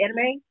anime